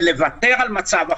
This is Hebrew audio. ולוותר על מצב החירום.